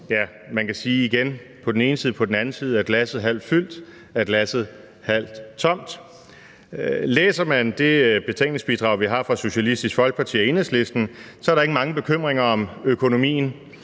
igen kan man sige på den ene side, på den anden side; er glasset halvt fyldt, eller er glasset halvt tomt. Læser man det betænkningsbidrag, vi har fra Socialistisk Folkeparti og Enhedslisten, er der ikke mange bekymringer om økonomien